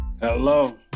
Hello